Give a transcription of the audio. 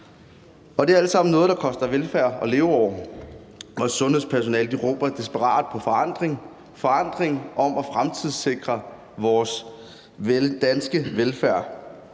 Det er alt sammen noget, der koster velfærd og leveår. Sundhedspersonalet råber desperat på forandring – forandring for at fremtidssikre vores danske velfærd.